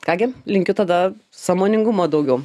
ką gi linkiu tada sąmoningumo daugiau